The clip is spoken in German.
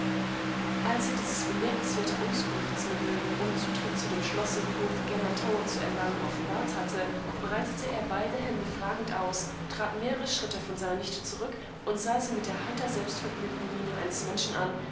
als er dieses bemerkenswerte auskunftsmittel um zutritt zu dem schlosse porthgennatowerzuerlangen offenbarthatte breiteteerbeidehändefragendaus trat mehrere schritte vor seiner nichte zurück und sah sie mit der heiter selbstvergnügten miene eines menschen an